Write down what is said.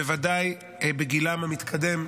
בוודאי בגילם המתקדם,